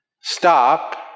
Stop